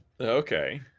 okay